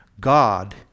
God